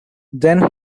then